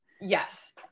Yes